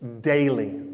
daily